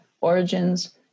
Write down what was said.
origins